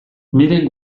miren